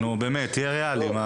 באמת, תהיה ריאלי.